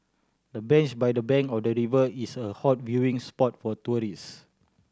the bench by the bank of the river is a hot viewing spot for tourists